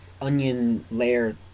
onion-layer